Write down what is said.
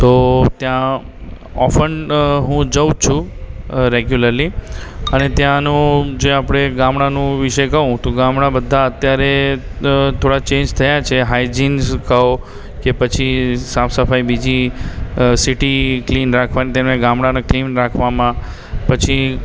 તો ત્યાં ઑફન હું જાઉં જ છું રેગ્યુલરલી અને ત્યાનું જે આપણે ગામડાનું વિષે કહું તો ગામડાં બધાં અત્યારે થોડા ચેન્જ થયાં છે હાયજીન કહો કે પછી સાફ સફાઇ બીજી સિટી ક્લીન રાખવાની તેના ગામડાને ક્લીન રાખવામાં પછી